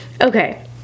Okay